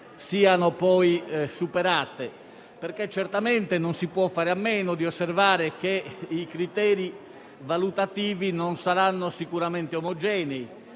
siano superate. Certamente non si può fare a meno di osservare che i criteri valutativi non saranno sicuramente omogenei